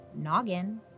noggin